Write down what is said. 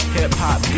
Hip-hop